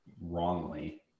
wrongly